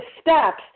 steps